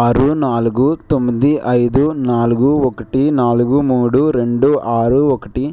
ఆరు నాలుగు తొమ్మిది ఐదు నాలుగు ఒకటి నాలుగు మూడు రెండు ఆరు ఒకటి